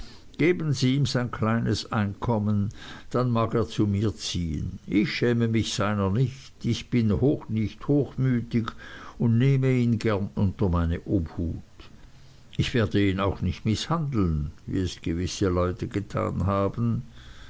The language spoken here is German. geben sie ihm sein kleines einkommen dann mag er zu mir ziehen ich schäme mich seiner nicht ich bin nicht hochmütig und nehme ihn gern unter meine obhut ich werde ihn auch nicht mißhandeln wie es gewisse leute getan haben